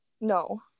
no